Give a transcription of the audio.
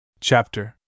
Chapter